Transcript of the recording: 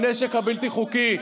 אם באמת אכפת לכם מהנשק הבלתי-חוקי,